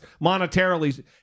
monetarily